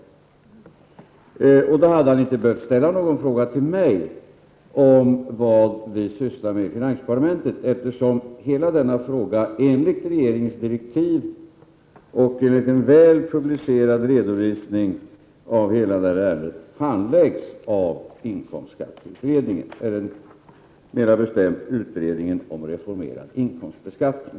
Göran Åstrand behöver då inte ställa någon fråga till mig om vad vi sysslar med i finansdepartementet, eftersom hela denna fråga enligt regeringens direktiv och enligt en väl publicerad redovisning av hela ärendet handläggs av utredningen om reformerad inkomstbeskattning.